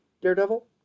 daredevil